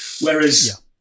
Whereas